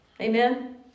Amen